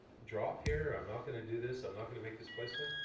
drop here, i'm not gonna do this, i'm not gonna make this placement,